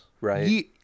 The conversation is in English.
right